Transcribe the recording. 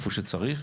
איפה שצריך,